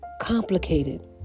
complicated